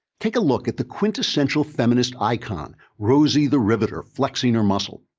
take a look at the quintessential feminist icon, rosie the riveter, flexing her muscle.